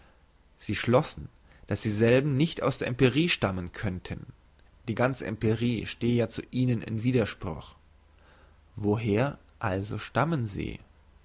sie schlossen dass dieselben nicht aus der empirie stammen könnten die ganze empirie stehe ja zu ihnen in widerspruch woher also stammen sie